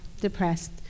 depressed